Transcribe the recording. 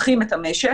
פותחים את המשק,